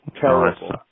Terrible